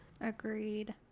Agreed